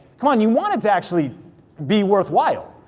come on, you want it to actually be worthwhile.